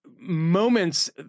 moments